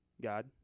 God